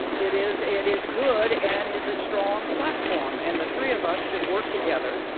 it is it is good and is a strong platform, and the three of us should work together.